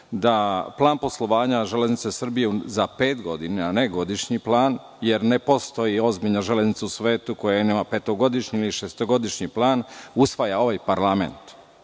da plan poslovanja „Železnica Srbije“ za pet godina, a ne godišnji plan, jer ne postoji ozbiljna železnica u svetu koja nema petogodišnji ili šestogodišnji plan, usvaja ovaj parlament. Prema